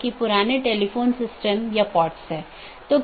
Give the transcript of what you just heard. इसलिए हर कोई दुसरे को जानता है या हर कोई दूसरों से जुड़ा हुआ है